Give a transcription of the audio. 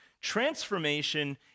Transformation